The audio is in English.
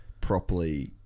properly